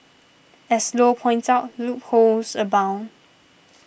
as Low points out loopholes abound